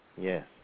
Yes